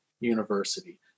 university